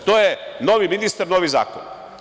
To je – novi ministar, novi zakon.